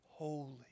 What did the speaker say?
Holy